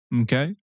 Okay